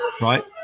right